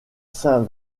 saint